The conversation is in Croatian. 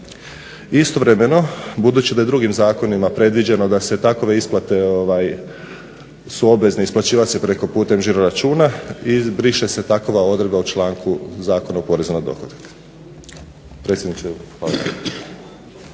Istovremeno, budući da je drugim zakonima predviđeno da su takve isplate obvezne isplaćivat se putem žiro-računa i briše se takva odredba u članku Zakona o porezu na dohodak.